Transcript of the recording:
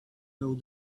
owe